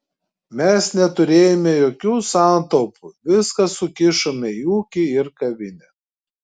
mes neturėjome jokių santaupų viską sukišome į ūkį ir kavinę